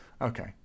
Okay